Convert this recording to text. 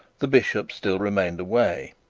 the bishop still remained away.